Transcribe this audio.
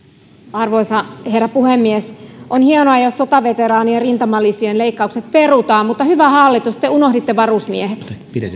arvoisa herra puhemies on hienoa jos sotaveteraanien rintamalisien leikkaukset perutaan mutta hyvä hallitus te unohditte varusmiehet